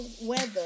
weather